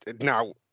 Now